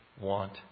want